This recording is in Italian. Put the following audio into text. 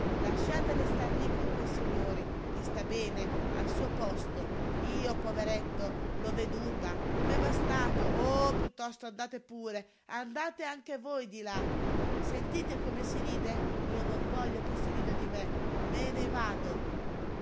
lasciatela star lí con quei signori lí sta bene al suo posto io poveretto l'ho veduta m'è bastato o piuttosto andate pure andate anche voi di là sentite come si ride io non voglio che si rida di me me ne vado